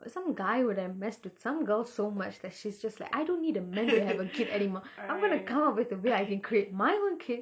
some guy would have messed with some girl so much that she's just like I don't need a man to have a kid anymore I'm going to come up with a way I can create my own kid